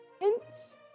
hints